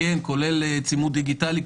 כולל צימוד דיגיטלי,